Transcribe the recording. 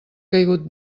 caigut